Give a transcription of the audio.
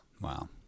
Wow